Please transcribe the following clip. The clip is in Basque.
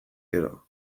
gero